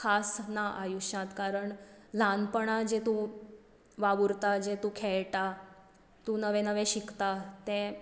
खास ना आयुश्यांत कारण ल्हानपणांत जें तूं वावुरता जें तूं खेळटा तूं नवें नवें शिकता तें